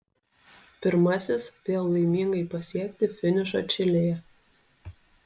pirmasis vėl laimingai pasiekti finišą čilėje